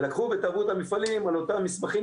לקחו ותבעו את המפעלים על אותם מסמכים